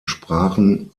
sprachen